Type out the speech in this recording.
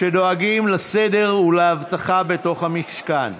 שדואגים לסדר ולאבטחה בתוך המשכן.